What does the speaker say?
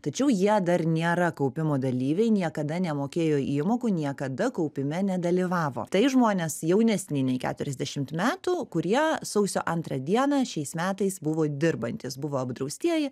tačiau jie dar nėra kaupimo dalyviai niekada nemokėjo įmokų niekada kaupime nedalyvavo tai žmonės jaunesni nei keturiasdešimt metų kurie sausio antrą dieną šiais metais buvo dirbantys buvo apdraustieji